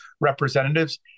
representatives